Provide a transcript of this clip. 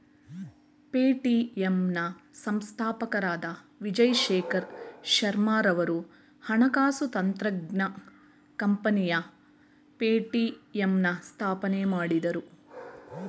Paytm ನ ಸಂಸ್ಥಾಪಕರಾದ ವಿಜಯ್ ಶೇಖರ್ ಶರ್ಮಾರವರು ಹಣಕಾಸು ತಂತ್ರಜ್ಞಾನ ಕಂಪನಿ ಪೇಟಿಎಂನ ಸ್ಥಾಪನೆ ಮಾಡಿದ್ರು